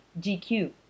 GQ